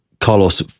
Carlos